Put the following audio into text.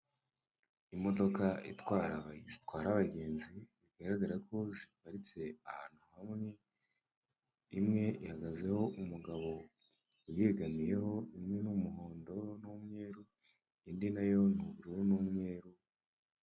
Imodoka itwara aba zitwara abagenzi bigaragara ko ziparitse ahantu hamwe, imwe ihagazeho umugabo uyegamiyeho, imwe ni umuhondo n'umweru indi nayo ni ubururu n'umweru.